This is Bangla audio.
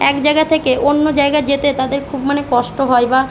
এক জায়গা থেকে অন্য জায়গা যেতে তাদের খুব মানে কষ্ট হয় বা